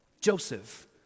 Joseph